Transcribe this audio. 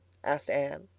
asked anne.